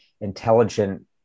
intelligent